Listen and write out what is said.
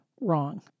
wrong